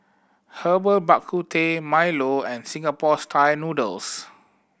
Herbal Bak Ku Teh Milo and Singapore Style Noodles